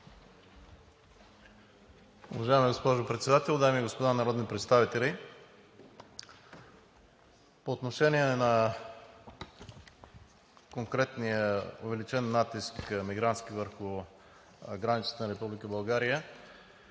Уважаема госпожо Председател, дами и господа народни представители! По отношение на конкретния увеличен мигрантски натиск върху границата на Република България